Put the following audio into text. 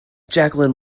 jacqueline